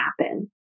happen